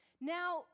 Now